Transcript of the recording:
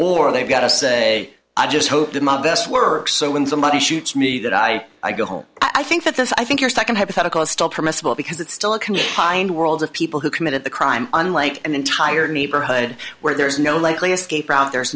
or they've got to say i just hope that my best work so when somebody shoots me that i go home i think that this i think your second hypothetical is still permissible because it's still a can you find worlds of people who committed the crime unlike an entire neighborhood where there is no likely escape route there's